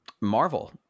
Marvel